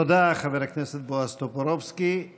תודה, חבר הכנסת בועז טופורובסקי.